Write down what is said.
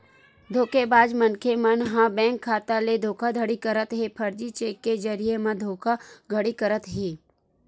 धोखेबाज मनखे मन ह बेंक खाता ले धोखाघड़ी करत हे, फरजी चेक के जरिए म धोखाघड़ी करत हे